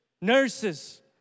nurses